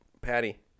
Patty